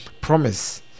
promise